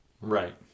Right